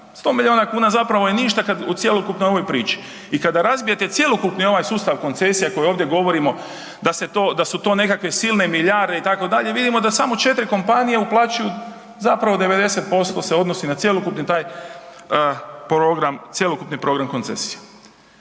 100 miliona kuna zapravo je ništa kad u cjelokupnoj ovoj priči. I kada razbijete cjelokupni ovaj sustav koncesija koji ovdje govorimo da su to nekakve silne milijarde itd., vidimo da samo 4 kompanije uplaćuju zapravo 90% se odnosi na cjelokupni taj program,